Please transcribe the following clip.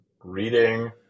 reading